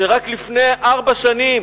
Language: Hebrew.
רק לפני ארבע שנים